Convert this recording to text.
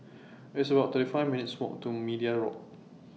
It's about thirty five minutes' Walk to Media Walk